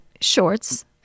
shorts